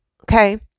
Okay